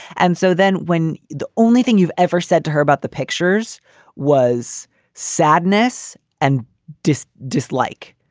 and so then when the only thing you've ever said to her about the pictures was sadness and just dislike.